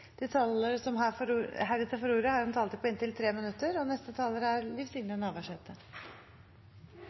De talere som heretter får ordet, har også en taletid på inntil 3 minutter. Dette er